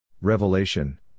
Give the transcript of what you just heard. Revelation